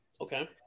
Okay